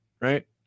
right